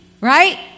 right